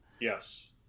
Yes